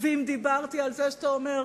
ואם דיברתי על זה שאתה אומר,